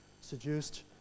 seduced